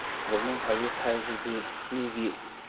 government service ꯍꯥꯏꯕꯁꯤꯗꯤ ꯃꯤꯒꯤ